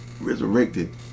resurrected